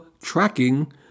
tracking